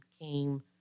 came